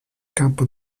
campo